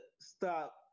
stop